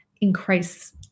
increase